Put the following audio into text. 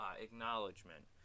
acknowledgement